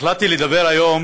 החלטתי לדבר היום